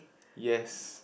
yes